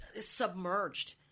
submerged